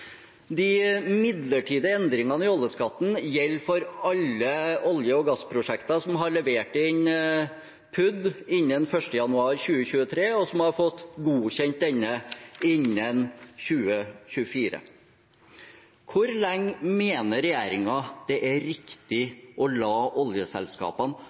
De midlertidige endringene i oljeskatten gjelder for alle olje- og gassprosjekter som har levert inn plan for utbygging og drift, PUD, innen 1. januar 2023, og som har fått godkjent denne innen 2024. Hvor lenge mener regjeringen det er riktig å la oljeselskapene